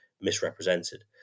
misrepresented